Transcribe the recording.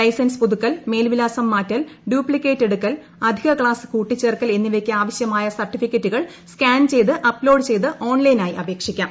licence പുതുക്കൽ മേൽവിലാസം മാറ്റൽ ഡ്യൂപ്സിക്കേറ്റ് എടുക്കൽ അധിക ക്സാസ് കൂട്ടിച്ചേർക്കൽ എന്നിവയ്ക്ക് ആവശ്യമായ സർട്ടിഫിക്കറ്റുകൾ സ്കാൻ ചെയ്ത് അപ്ലോഡ് ചെയ്ത് ഓൺലൈനായി അപേക്ഷിക്കാം